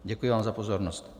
Děkuji vám za pozornost.